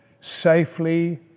safely